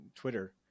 Twitter